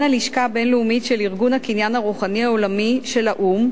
הלשכה הבין-לאומית של ארגון הקניין הרוחני העולמי של האו"ם,